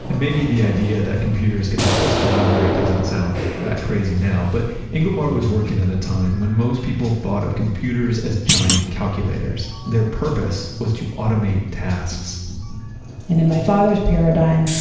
and maybe the idea that computers could help us collaborate doesn't sound that crazy now, but engelbart was working at a time when most people thought of computers as giant calculators. their purpose was to automate tasks and in my father's paradigm,